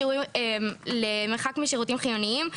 למרחק משירותים חיוניים,